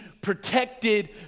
protected